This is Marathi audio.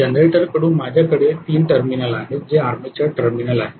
जनरेटरकडून माझ्याकडे 3 टर्मिनल आहेत जे आर्मेचर टर्मिनल आहेत